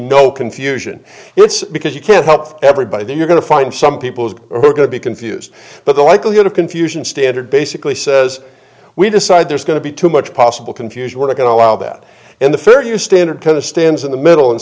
no confusion it's because you can't help everybody there you're going to find some people who are going to be confused but the likelihood of confusion standard basically says we decide there's going to be too much possible confusion we're going to allow that in the fair use standard kind of stands in the middle and